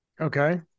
Okay